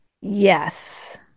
Yes